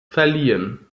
verliehen